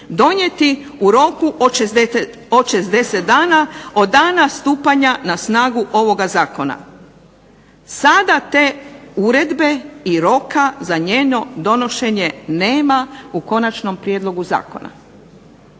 donijeti u roku od 60 dana od dana stupanja na snagu ovoga zakona. Sada te uredbe i roka za njeno donošenje nema u konačnom prijedlogu zakona.